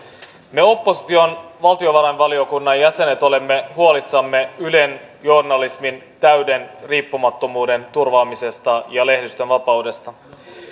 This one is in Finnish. me opposition valtiovarainvaliokunnan jäsenet olemme huolissamme ylen journalismin täyden riippumattomuuden turvaamisesta ja lehdistön vapaudesta